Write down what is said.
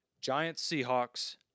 Giants-Seahawks